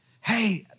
Hey